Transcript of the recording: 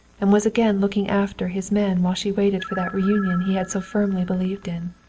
and was again looking after his men while she waited for that reunion he had so firmly believed in.